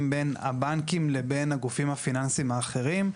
בין הבנקים לבין הגופים הפיננסיים האחרים.